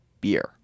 beer